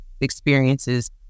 experiences